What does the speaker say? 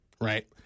right